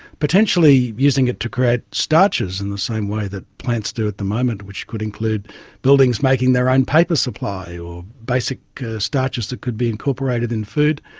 potentially using it to create starches in the same way that plants do at the moment, which could include buildings making their own paper supply or basic starches that could be incorporated in food,